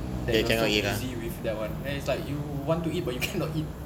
that you are so busy with that [one] then it's like you want to eat but you cannot eat